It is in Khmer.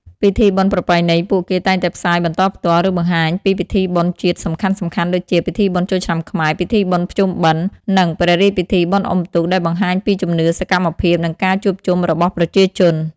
ពិធីបុណ្យប្រពៃណីពួកគេតែងតែផ្សាយបន្តផ្ទាល់ ឬបង្ហាញពីពិធីបុណ្យជាតិសំខាន់ៗដូចជា ពិធីបុណ្យចូលឆ្នាំខ្មែរ ពិធីបុណ្យភ្ជុំបិណ្ឌ និង ព្រះរាជពិធីបុណ្យអុំទូក ដែលបង្ហាញពីជំនឿ សកម្មភាព និងការជួបជុំរបស់ប្រជាជន។